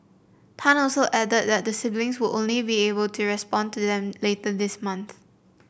tan also added that the siblings would only be able to respond to them later this month